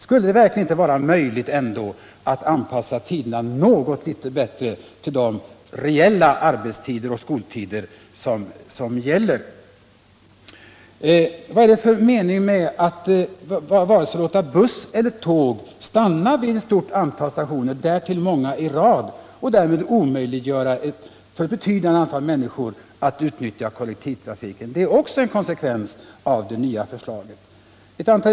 Skulle det verkligen inte vara möjligt att anpassa tiderna Torsdagen den något litet bättre till de reella arbetsoch skoltider som gäller? Vad är det för 12 januari 1978 mening med att underlåta att låta såväl buss som tåg stanna vid ett stort antal stationer, därtill många i rad, och därigenom omöjliggöra för ett betydande Ö s / Om persontrafiken antal människor att utnyttja kollektivtrafiken? Också det är en konsekvens av det nya förslaget.